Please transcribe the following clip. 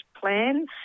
plan